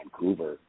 Vancouver